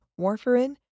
warfarin